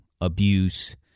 abuse